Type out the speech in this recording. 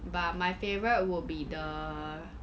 but my favourite would be the